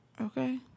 Okay